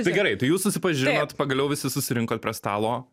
tai gerai tai jūs susipažinot pagaliau visi susirinkot prie stalo